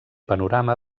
panorama